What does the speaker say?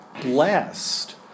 blessed